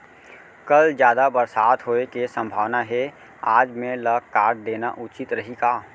कल जादा बरसात होये के सम्भावना हे, आज मेड़ ल काट देना उचित रही का?